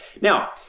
Now